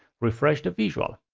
refresh the visual.